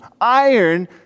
iron